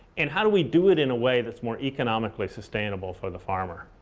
and how do we do it in a way that's more economically sustainable for the farmer?